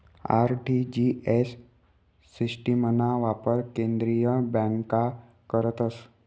RTGS सिस्टिमना वापर केंद्रीय बँका करतस